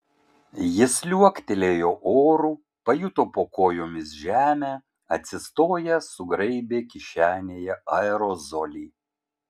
jis liuoktelėjo oru pajuto po kojomis žemę atsistojęs sugraibė kišenėje aerozolį